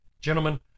gentlemen